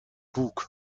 bug